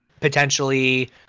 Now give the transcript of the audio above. potentially